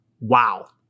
Wow